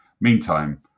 Meantime